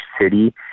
city